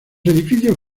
edificios